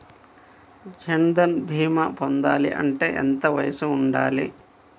జన్ధన్ భీమా పొందాలి అంటే ఎంత వయసు ఉండాలి?